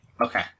Okay